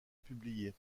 publié